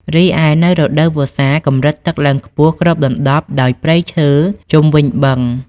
រីឯ នៅរដូវវស្សា កម្រិតទឹកឡើងខ្ពស់គ្របដណ្ដប់ដោយព្រៃឈើជុំវិញបឹង។